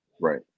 right